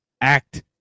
act